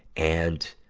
and,